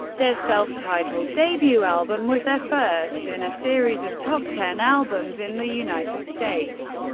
their self-titled debut album was their first in a series of top ten albums in the united states,